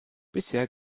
bisher